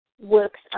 works